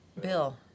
Bill